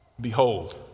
Behold